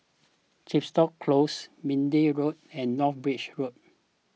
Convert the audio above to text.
Chepstow Close Minden Road and North Bridge Road